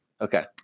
Okay